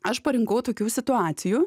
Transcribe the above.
aš parinkau tokių situacijų